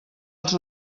els